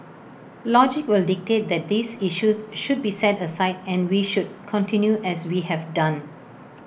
logic will dictate that these issues should be set aside and we should continue as we have done